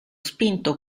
spinto